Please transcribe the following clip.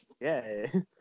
Yay